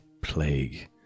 plague